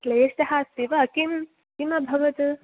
क्लेशः अस्ति वा किं किमभवत्